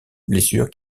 blessure